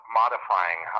modifying